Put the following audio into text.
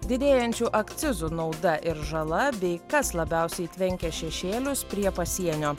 didėjančių akcizų nauda ir žala bei kas labiausiai tvenkia šešėlius prie pasienio